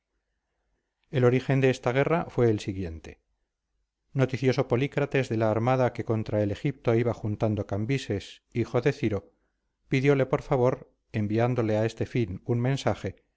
el origen de esta guerra fue el siguiente noticioso polícrates de la armada que contra el egipto iba juntando cambises hijo de ciro pidióle por favor enviándole a este fin un mensajero